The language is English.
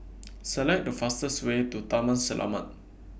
Select The fastest Way to Taman Selamat